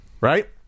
Right